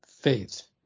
Faith